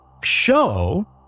show